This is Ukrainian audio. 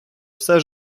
все